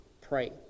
pray